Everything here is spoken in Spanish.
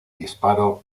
disparo